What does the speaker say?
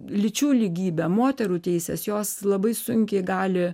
lyčių lygybė moterų teisės jos labai sunkiai gali